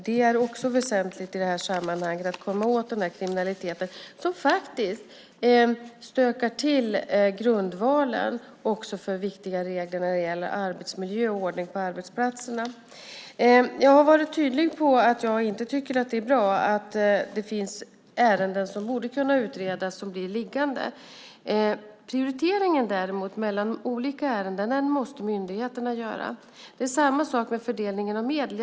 Det är också väsentligt i det här sammanhanget att komma åt den här kriminaliteten, som faktiskt stökar till grundvalarna för också viktiga regler om arbetsmiljö och ordning på arbetsplatserna. Jag har varit tydlig med att jag inte tycker att det är bra att det finns ärenden som borde kunna utredas som blir liggande. Prioriteringen mellan olika ärenden däremot måste myndigheterna göra. Det är samma sak med fördelningen av medel.